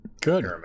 Good